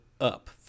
Up